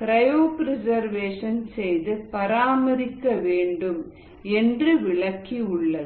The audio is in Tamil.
கிரையோபிரிசர்வேஷன் செய்து பராமரிக்க வேண்டும் என்று விளக்கி உள்ளது